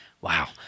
wow